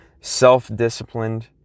self-disciplined